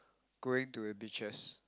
going to the beaches